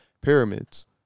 pyramids